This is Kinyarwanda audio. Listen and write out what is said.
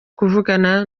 kuvugana